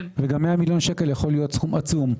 וגם 100 מיליון שקל יכולים להיות סכום עצום,